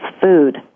food